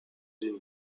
une